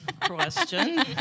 question